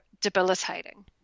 debilitating